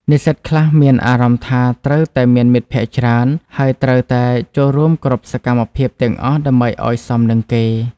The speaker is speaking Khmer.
និស្សិតខ្លះមានអារម្មណ៍ថាត្រូវតែមានមិត្តភ័ក្តិច្រើន ហើយត្រូវតែចូលរួមគ្រប់សកម្មភាពទាំងអស់ដើម្បីឲ្យសមនឹងគេ។